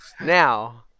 Now